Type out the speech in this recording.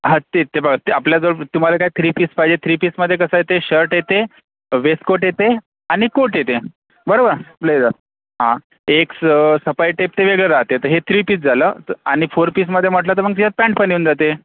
हां ते ते बघा ते आपल्याजवळ तुम्हाला काय थ्री पीस पहिजे थ्री पीसमध्ये कसं आहे ते शर्ट येते वेस कोट येते आणि कोट येते बरोबर ब्लेझर हां एक स सफारी टाईप ते वेगळं राहते ते हे थ्री पीस झालं तर आणि फोर पीसमध्ये म्हटलं तर मग त्यात पॅन्ट पण येऊन जाते